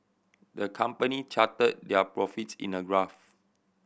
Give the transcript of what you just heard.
the company charted their profits in a graph